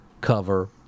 cover